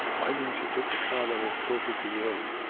why didn't you take the cow that was closer to the edge?